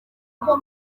uko